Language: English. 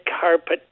carpet